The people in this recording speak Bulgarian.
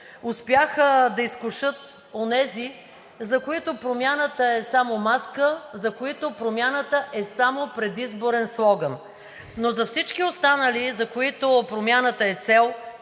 успяха да изкушат онези, за които промяната е само маска, за които промяната е само предизборен слоган. Но за всички останали, за които промяната е цел,